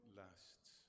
lasts